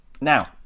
now